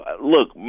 look